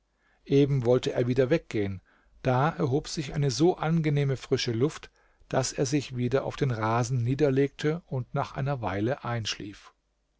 eben wollte er wieder weggehen da erhob sich eine so angenehme frische luft daß er sich wieder auf den rasen niederlegte und nach einer weile einschlief